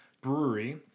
brewery